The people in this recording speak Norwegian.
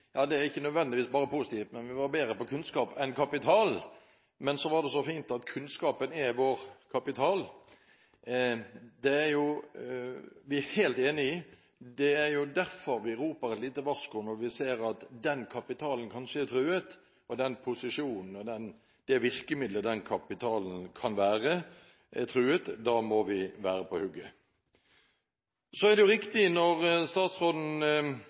ja, det er ikke nødvendigvis bare positivt – at vi er bedre på kunnskap enn på kapital. Men så var det så fint at kunnskapen er vår kapital, det er vi helt enige om. Det er derfor vi roper et lite varsko når vi ser at den kapitalen kanskje er truet, og den posisjonen og det virkemiddelet den kapitalen kan være, er truet. Da må vi være på hugget. Så er det riktig når statsråden